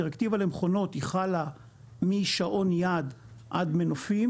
דירקטיבה למכונות היא חלה משעון יד ועד מנופים